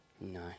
No